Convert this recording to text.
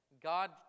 God